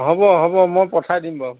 হ'ব হ'ব মই পঠাই দিম বাৰু